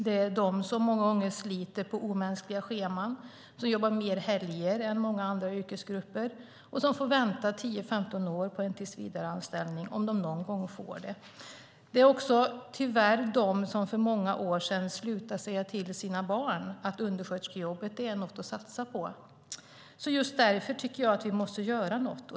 Det är de som många gånger sliter på omänskliga scheman, som jobbar fler helger än många andra yrkesgrupper och som får vänta 10-15 år på en tillsvidareanställning, om de någonsin får det. Tyvärr är det också undersköterskorna som för många år sedan slutade säga till sina barn att undersköterskejobbet är något att satsa på. Därför tycker jag att vi måste göra något.